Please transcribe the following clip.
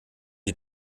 die